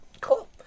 Cool